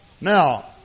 Now